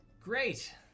Great